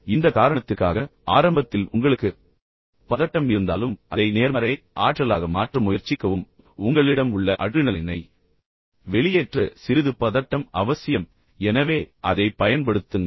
இந்த காரணத்திற்காக ஆரம்பத்தில் உங்களுக்கு பதட்டம் இருந்தாலும் அதை நேர்மறை ஆற்றலாக மாற்ற முயற்சிக்கவும் உங்களிடம் உள்ள அட்ரினலைனை வெளியேற்ற சிறிது பதட்டம் அவசியம் எனவே அதைப் பயன்படுத்துங்கள்